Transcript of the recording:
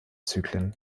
zyklen